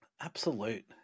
Absolute